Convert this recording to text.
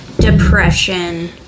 depression